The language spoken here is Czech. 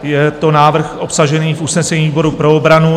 Je to návrh obsažený v usnesení výboru pro obranu.